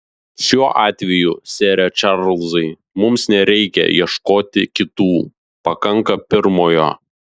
šiuo atveju sere čarlzai mums nereikia ieškoti kitų pakanka pirmojo